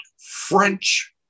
French